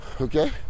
okay